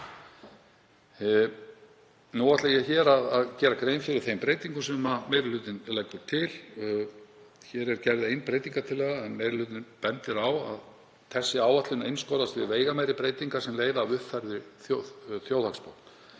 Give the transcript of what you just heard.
Nú ætla ég að gera grein fyrir þeim breytingum sem meiri hlutinn leggur til. Það er gerð ein breytingartillaga en meiri hlutinn bendir á að þessi áætlun einskorðast við veigameiri breytingar sem leiða af uppfærðri þjóðhagsspá.